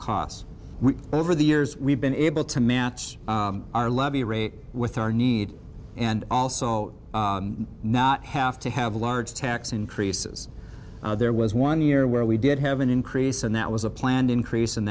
cost over the years we've been able to match our levee rate with our need and also not have to have large tax increases there was one year where we did have an increase and that was a planned increase and